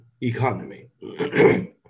Economy